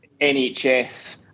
NHS